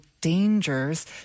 dangers